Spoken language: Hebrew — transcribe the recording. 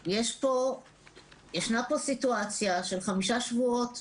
ישנה פה סיטואציה של שביתה במשך חמישה שבועות.